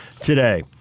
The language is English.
today